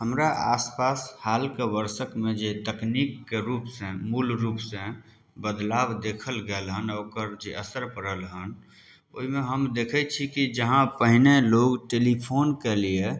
हमरा आसपास हालके वर्षमे जे तकनीकके रूप सऽ मूल रूप सऽ बदलाव देखल गेल हन आ ओकर जे असर पड़ल हन ओहिमे हम देखै छी कि जहाँ पहिने लोग टेलिफोनके लियऽ